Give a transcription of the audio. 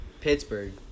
Pittsburgh